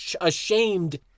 ashamed